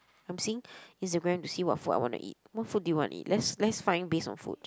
I'm seeing Instagram to see what food I want to eat what food do you want to eat let's let's find based on food